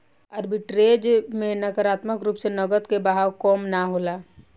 arbitrage में नकारात्मक रूप से नकद के बहाव कम ना होला